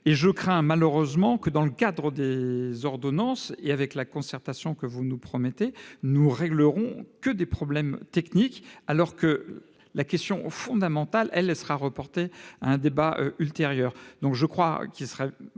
? Je crains, malheureusement, que les ordonnances et la concertation que vous nous promettez ne règlent que des problèmes techniques, alors que la question fondamentale, elle, sera reportée à un débat ultérieur.